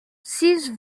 six